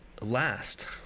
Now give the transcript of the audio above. last